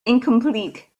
incomplete